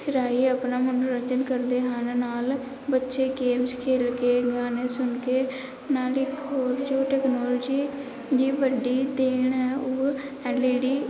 ਰਾਹੀਂ ਆਪਣਾ ਮਨੋਰੰਜਨ ਕਰਦੇ ਹਨ ਨਾਲ਼ ਬੱਚੇ ਗੇਮਸ ਖੇਡ ਕੇ ਗਾਣੇ ਸੁਣ ਕੇ ਨਾਲ਼ ਇੱਕ ਹੋਰ ਜੋ ਟੈਕਨੋਲੋਜੀ ਦੀ ਵੱਡੀ ਦੇਣ ਹੈ ਉਹ ਐਲ ਈ ਡੀ